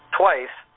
twice